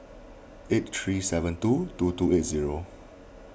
eight three seven two two two eight zero